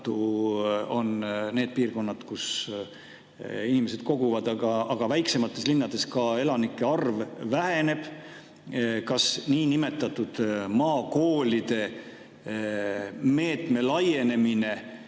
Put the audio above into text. on need piirkonnad, kuhu inimesed kogunevad, aga väiksemates linnades elanike arv väheneb. Kas niinimetatud maakoolide [toetus]meetme laienemine